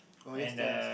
oh yes theirs